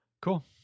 Cool